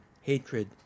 hatred